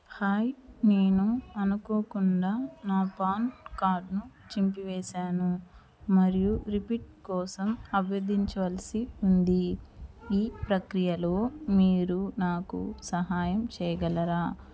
hi నేను అనుకోకుండా నా పాన్ కార్డ్ను చింపివేశాను మరియు రీప్రింట్ కోసం అభ్యర్థించవలసి ఉంది ఈ ప్రక్రియలో మీరు నాకు సహాయం చెయ్యగలరా